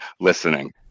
listening